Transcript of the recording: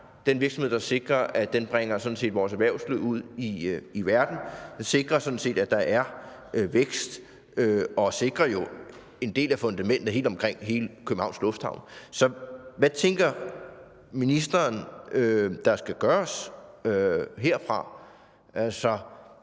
den virksomhed, der sådan set sikrer, at vores erhvervsliv bringes ud i verden; den sikrer sådan set, at der er vækst, og den sikrer jo en del af fundamentet for hele Københavns Lufthavn. Så hvad tænker ministeren der skal gøres herfra?